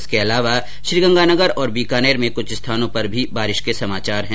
इसके अलावा श्रीगंगानगर और बीकानेर में कुछ स्थानों पर भी बारिश के समाचार है